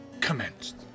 commenced